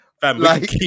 family